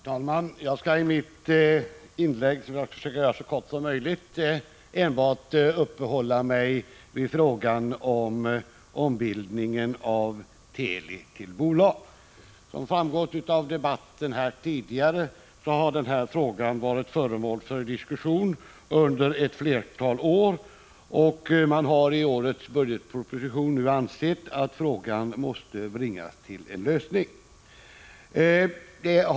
Herr talman! Jag skall i mitt inlägg, som jag skall försöka göra så kort som möjligt, uppehålla mig enbart vid frågan om ombildningen av Teli till bolag. Som framgått av debatten här tidigare har den frågan varit föremål för diskussion under ett flertal år, och man har i årets budgetproposition ansett att frågan måste bringas till en lösning.